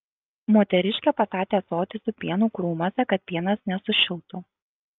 moteriškė pastatė ąsotį su pienu krūmuose kad pienas nesušiltų